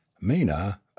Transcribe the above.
mina